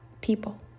people